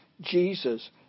Jesus